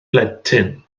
blentyn